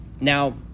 Now